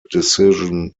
decision